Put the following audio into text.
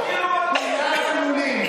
כולם כלולים,